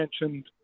mentioned